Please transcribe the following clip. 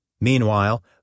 Meanwhile